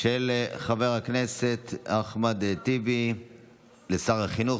של חבר הכנסת אחמד טיבי לשר החינוך,